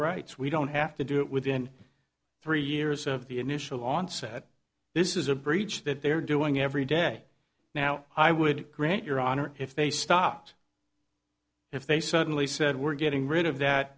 rights we don't have to do it within three years of the initial onset this is a breach that they're doing every day now i would grant your honor if they stopped if they suddenly said we're getting rid of that